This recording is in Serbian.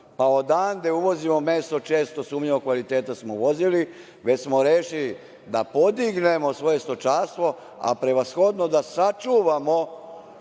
pa odande uvozimo meso često sumnjivog kvaliteta smo uvozili, već smo rešili da podignemo svoje stočarstvo, a prevashodno da sačuvamo